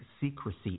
Secrecy